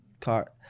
car